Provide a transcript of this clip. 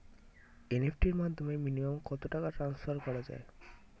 NEFT র মাধ্যমে minimum কত টাকা টান্সফার করা যায়?